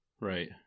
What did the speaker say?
Right